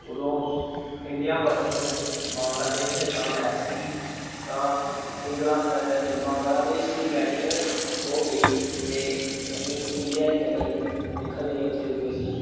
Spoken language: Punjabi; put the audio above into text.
ਉਦੋਂ ਇੰਡੀਆ ਵਰਸਿਸ ਬਾਂਗਲਾਦੇਸ਼ ਦਾ ਮੈਚ ਸੀ ਤਾਂ ਇਗਲਾ ਬਾਂਗਲਾਦੇਸ਼ ਦੀ ਬੈਟਿੰਗ ਹੋ ਗਈ ਅਤੇ ਅਸੀਂ ਇੰਡੀਆ ਦੀ ਬੈਟਿੰਗ ਦੇਖਣ ਲਈ ਉੱਥੇ ਰੁਕੇ ਸੀ